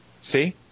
See